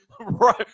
Right